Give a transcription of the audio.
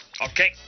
Okay